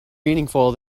meaningful